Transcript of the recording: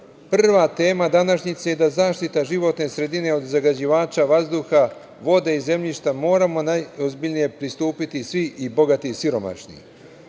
prva tema današnjice i da zaštiti životne sredine od zagađivača vazduha, vode i zemljišta moramo najozbiljnije pristupi svi, bogati i siromašni.I